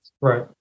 Right